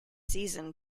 season